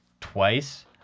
twice